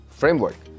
framework